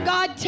God